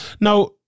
Now